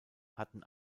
hatten